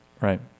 Right